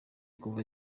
kuva